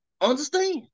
understand